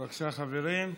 בבקשה, חברים.